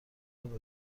رابه